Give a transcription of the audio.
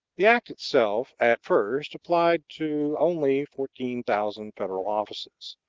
the act itself at first applied to only fourteen thousand federal offices,